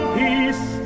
peace